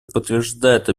подтверждает